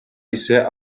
ise